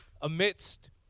amidst